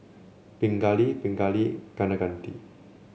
Pingali Pingali Kaneganti